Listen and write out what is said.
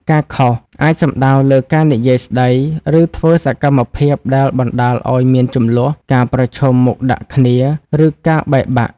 ការ "ខុស" អាចសំដៅលើការនិយាយស្តី ឬធ្វើសកម្មភាពដែលបណ្ដាលឱ្យមានជម្លោះ ការប្រឈមមុខដាក់គ្នា ឬការបែកបាក់។